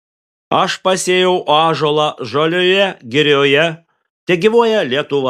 aš pasėjau ąžuolą žalioje girioje tegyvuoja lietuva